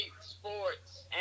sports